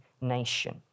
nation